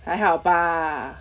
还好吧